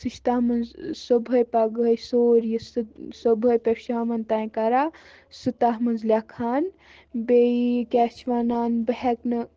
سُہ چھِ تَتھ منٛز صُبحٲے پَگہٲے سور یُس تہِ صُبحٲے پٮ۪ٹھ شامَن تام کَران سُہ تَتھ منٛز لیکھان بیٚیہِ کیٛاہ چھِ وَنان بہٕ ہٮ۪کہٕ نہٕ